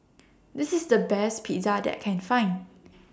This IS The Best Pizza that I Can Find